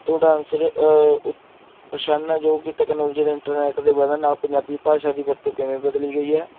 ਤੁਹਾਡਾ ਆਨਸਰ ਉੱਤਰ ਪ੍ਰਸ਼ਨ ਹੈ ਜੋ ਕਿ ਟੈਕਨੋਲੋਜੀ ਦਾ ਇੰਟਰਨੈਟ ਦੇ ਵਧਣ ਨਾਲ ਪੰਜਾਬੀ ਭਾਸ਼ਾ ਦੀ ਵਰਤੋਂ ਕਿਵੇਂ ਬਦਲ ਗਈ ਹੈ